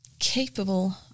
capable